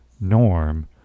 Norm